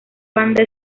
banda